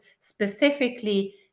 specifically